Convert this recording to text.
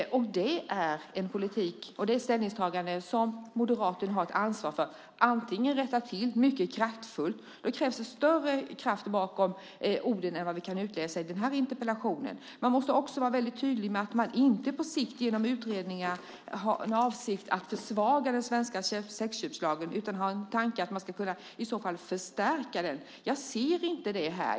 Det är ett ställningstagande som moderater har ett ansvar för. Det kan rättas till mycket kraftfullt, men då krävs en större kraft bakom orden än vad vi kan utläsa av det här interpellationssvaret. Man måste också vara väldigt tydlig med att man inte på sikt genom utredningar har för avsikt att försvaga den svenska sexköpslagen utan har en tanke att man ska kunna förstärka den. Jag ser inte det här.